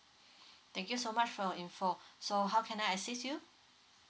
thank you so much for your info so how can I assist you